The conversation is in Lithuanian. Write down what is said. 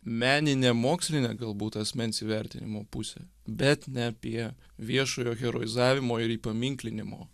meninę mokslinę galbūt asmens įvertinimo pusę bet ne apie viešojo heroizavimo ir įpaminklinimo